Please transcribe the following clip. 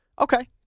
Okay